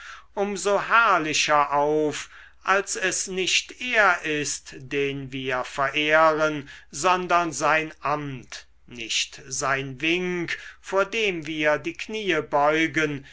so herrlicher auf als es nicht er ist den wir verehren sondern sein amt nicht sein wink vor dem wir die kniee beugen